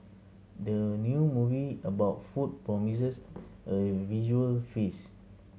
the new movie about food promises a visual feast